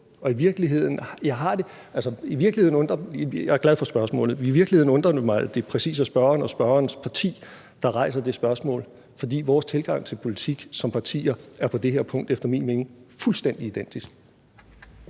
men i virkeligheden undrer det mig, at det præcis er spørgeren og spørgerens parti, der rejser det spørgsmål, fordi vores tilgange til politik som partier på det her punkt efter min mening er fuldstændig identiske.